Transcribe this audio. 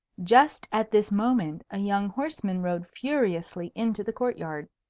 just at this moment a young horseman rode furiously into the court-yard.